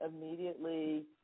immediately